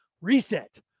Reset